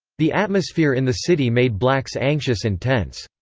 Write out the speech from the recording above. the atmosphere in the city made blacks anxious and tense.